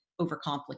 overcomplicate